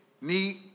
need